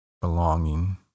belonging